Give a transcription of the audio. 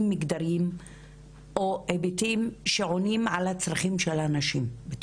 מגדריים או היבטים שעונים על הצרכים של הנשים.